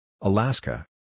Alaska